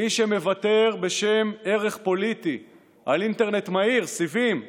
מי שמוותר בשם ערך פוליטי על אינטרנט מהיר, סיבים,